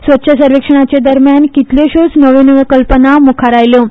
स्वच्छ सर्वेक्षणाचे दरम्यान कितल्योशोच नव्यो नव्यो कल्पना मुखार आयल्यो